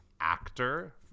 actor